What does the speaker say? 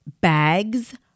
bags